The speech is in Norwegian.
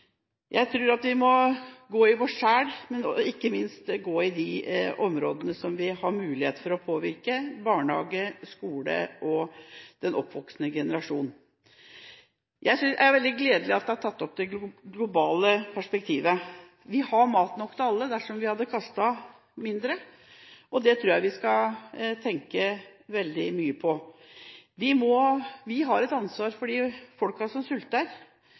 Jeg tror vi må gå i oss selv og ikke minst ta for oss de områdene der vi har mulighet til å påvirke: barnehage, skole og den oppvoksende generasjon. Jeg synes det er veldig gledelig at det globale perspektivet er blitt tatt opp. Vi har mat nok til alle dersom vi hadde kastet mindre, og det tror jeg vi skal tenke veldig mye på. Vi har et ansvar for de folkene som sulter.